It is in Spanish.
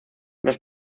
los